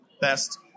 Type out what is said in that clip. Best